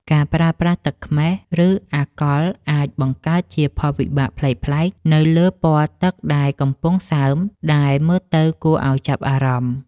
ការប្រើប្រាស់ទឹកខ្មេះ ឬ អាល់កុលអាចបង្កើតជាផលវិបាកប្លែកៗនៅលើពណ៌ទឹកដែលកំពុងសើមដែលមើលទៅគួរឱ្យចាប់អារម្មណ៍។